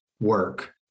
work